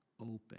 open